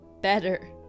better